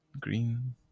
green